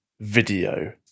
video